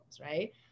right